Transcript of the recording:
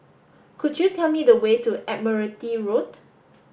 could you tell me the way to Admiralty Road